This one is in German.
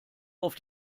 auf